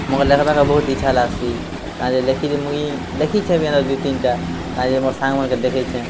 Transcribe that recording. ମୋର୍ ଲେଖ୍ବାକେ ବହୁତ୍ ଇଚ୍ଛା ଲାଗ୍ସି କାଏଁଯେ ଲେଖିକି ମୁଇଁ ଲେଖିଛେଁ ବି ନ ଦୁଇ ତିନ୍ଟା କାଏଁଯେ କି ମୋର୍ ସାଙ୍ଗ୍ ମାନ୍ କେ ଦେଖେଇଛେଁ